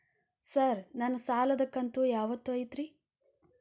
Sir ನನ್ನ ಸಾಲದ ಕಂತು ಯಾವತ್ತೂ ಐತ್ರಿ?